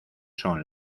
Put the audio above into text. son